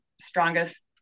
strongest